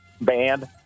Band